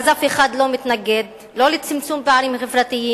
אף אחד לא מתנגד לצמצום פערים חברתיים